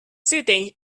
sitting